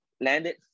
Landed